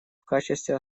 качестве